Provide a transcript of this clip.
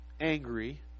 angry